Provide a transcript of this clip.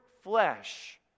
flesh